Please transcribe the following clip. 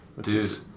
Dude